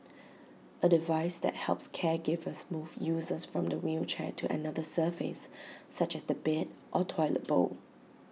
A device that helps caregivers move users from the wheelchair to another surface such as the bed or toilet bowl